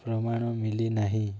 ପ୍ରମାଣ ମିଳିନାହିଁ